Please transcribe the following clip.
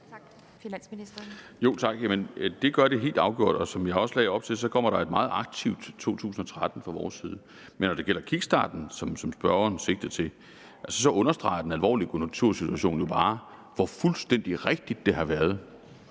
17:28 Finansministeren (Bjarne Corydon): Jo, det gør det helt afgjort, og som jeg også lagde op til, bliver det et meget aktivt 2013 fra vores side. Men når det gælder kickstarten, som spørgeren sigter til, så understreger den alvorlige konjunktursituation jo bare, hvor fuldstændig rigtigt det har været